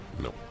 No